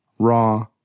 raw